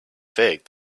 fact